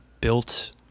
built